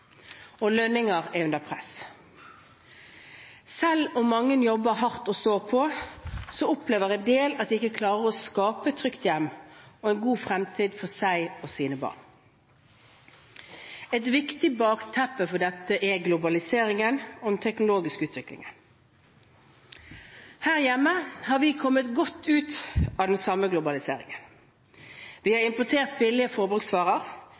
til. Lønninger er under press. Selv om mange jobber hardt og står på, opplever en del at de ikke klarer å skape et trygt hjem og en god fremtid for seg og sine barn. Et viktig bakteppe for dette er globaliseringen og den teknologiske utviklingen. Her hjemme har vi kommet godt ut av den samme globaliseringen. Vi har importert billige forbruksvarer.